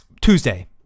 Tuesday